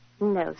No